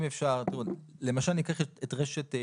ניקח למשל את רשת פתאל,